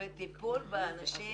וטיפול באנשים